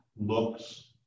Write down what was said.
looks